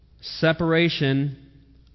Separation